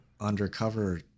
undercover